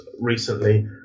recently